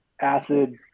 acid